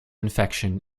infection